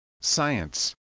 science